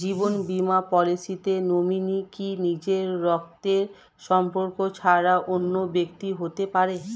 জীবন বীমা পলিসিতে নমিনি কি নিজের রক্তের সম্পর্ক ছাড়া অন্য ব্যক্তি হতে পারে?